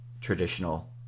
traditional